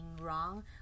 wrong